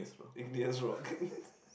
ignious rock